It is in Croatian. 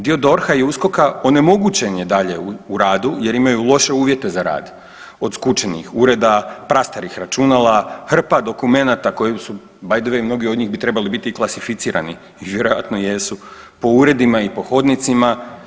Dio DORH-a i USKOK-a onemogućen je dalje u radu jer imaju loše uvjete za rad od skučenih ureda, prastarih računala, hrpa dokumenata koji su by the way bi trebali biti klasificirani i vjerojatno jesu po uredima i po hodnicima.